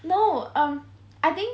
no um I think